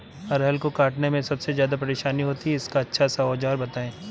अरहर को काटने में सबसे ज्यादा परेशानी होती है इसका अच्छा सा औजार बताएं?